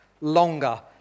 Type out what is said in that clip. longer